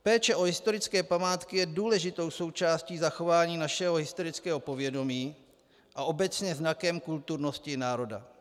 Péče o historické památky je důležitou součástí zachování našeho historického povědomí a obecně znakem kulturnosti národa.